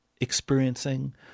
experiencing